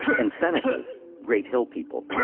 and senecas great hill people,